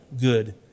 good